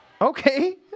Okay